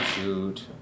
shoot